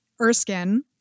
Erskine